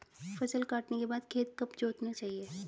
फसल काटने के बाद खेत कब जोतना चाहिये?